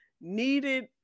needed